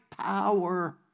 power